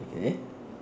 okay